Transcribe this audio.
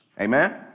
Amen